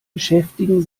beschäftigen